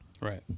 Right